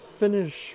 finish